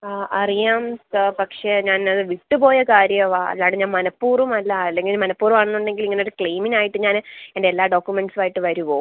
ആ അറിയാം സാർ പക്ഷെ ഞാൻ അത് വിട്ട് പോയ കാര്യമാണ് അല്ലാതെ ഞാൻ മനപ്പൂർവ്വം അല്ല അല്ലെങ്കിൽ മനപ്പൂർവ്വം ആണെന്നുണ്ടെങ്കിൽ ഇങ്ങനെ ഒരു ക്ലെയിമിനായിട്ട് ഞാൻ എൻ്റെ എല്ലാ ഡോക്യൂമെൻറ്റ്സും ആയിട്ട് വരുമോ